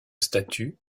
statut